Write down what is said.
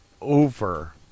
over